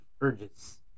urges